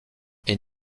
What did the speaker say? est